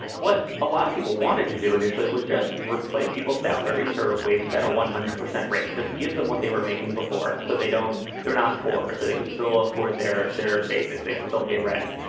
what a lot of people wanted to do initially was just replace people salaries or wages at a one hundred percent rate, just give them what they were making before. so they don't they're not poor. so they can still afford their their basics. they can still pay rent.